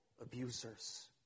abusers